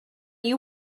you